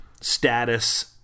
status